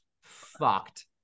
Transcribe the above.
fucked